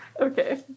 Okay